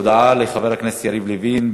הודעה לחבר הכנסת יריב לוין,